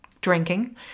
drinking